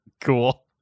Cool